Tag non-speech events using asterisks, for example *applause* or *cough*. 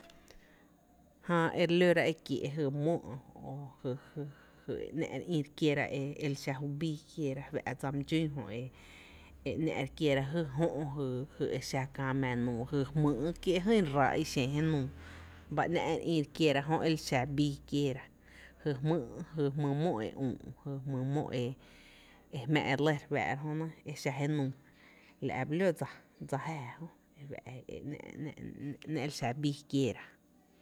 Jää e re lóra e kiee’ jy mó jï, jy *hesitation* jy e ‘ná’ re ï’ re kiéra e li xa jubíí kieera fá’ dsa my dxún jö e ‘ná’ re kiera jy jö’ jy e xa kä mⱥ nuu, jy jmý’ kie’ jy ráá’ i xen mⱥ nuu na nⱥ’ e re ï’ re kiera jö e lixa bii kieera, jy jmý *hesitation* jy jmy mó e üü’ e jmⱥ e lɇ re fáá’ra jöne e xa mⱥ nuu, la’ ba ló dsa jäáä jö e fá’ e ‘ná’ *hesitation* ‘ná’, ná’ li xa bii kieera.